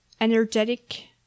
energetic